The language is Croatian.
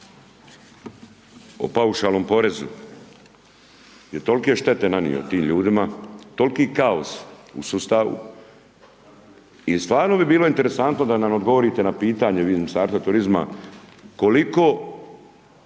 o paušalnom porezu je tolike štete nanio tim ljudima, toliki kaos u sustavu i stvarno bi bilo interesantno da nam odgovorite na pitanje, vi iz Ministarstvo turizma koliko